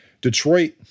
detroit